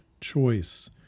choice